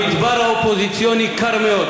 המדבר האופוזיציוני קר מאוד.